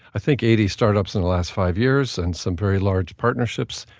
i think, eighty startups in the last five years and some very large partnerships.